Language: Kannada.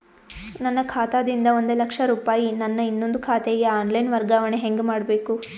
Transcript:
ನನ್ನ ಖಾತಾ ದಿಂದ ಒಂದ ಲಕ್ಷ ರೂಪಾಯಿ ನನ್ನ ಇನ್ನೊಂದು ಖಾತೆಗೆ ಆನ್ ಲೈನ್ ವರ್ಗಾವಣೆ ಹೆಂಗ ಮಾಡಬೇಕು?